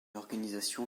organisation